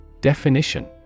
Definition